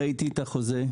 ראיתי את החוזה.